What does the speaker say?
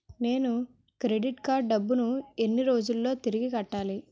నేను credit card డబ్బును ఎన్ని రోజుల్లో తిరిగి కట్టాలి?